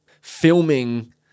filming